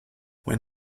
when